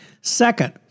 Second